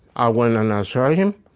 i went and i saw him.